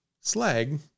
Slag